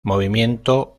movimiento